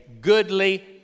goodly